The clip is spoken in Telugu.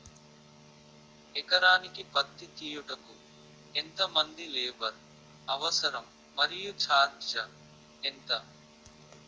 ఎకరానికి పత్తి తీయుటకు ఎంత మంది లేబర్ అవసరం? మరియు ఛార్జ్ ఎంత?